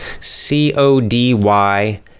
C-O-D-Y